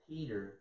Peter